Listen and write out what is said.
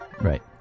Right